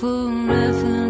Forever